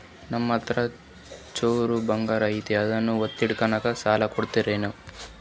ನಮ್ಮಹತ್ರ ಚೂರು ಬಂಗಾರ ಐತಿ ಅದನ್ನ ಒತ್ತಿ ಇಟ್ಕೊಂಡು ಸಾಲ ಕೊಡ್ತಿರೇನ್ರಿ?